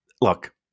Look